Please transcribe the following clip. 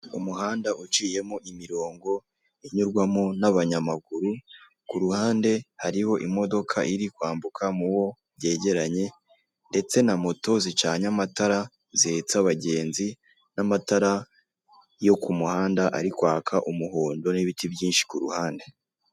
Umuhanda uciyemo imirongo inyurwamo n'abanayamaguru kuruhande hariho imodoka iri kwambuka mu wo byegeranye, ndetse na moto zicanye amatara zihetse abagenzi, n'amatara yo ku muhanda ari kwaka umuhondo, n'ibiti byinshi ku ruhande.